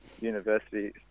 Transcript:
university